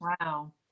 wow